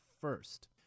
first